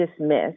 dismissed